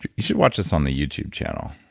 you should watch this on the youtube channel,